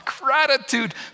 Gratitude